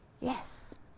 yes